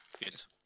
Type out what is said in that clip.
Yes